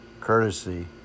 courtesy